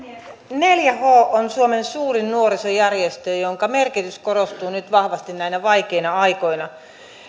neljä h on suomen suurin nuorisojärjestö jonka merkitys korostuu nyt vahvasti näinä vaikeina aikoina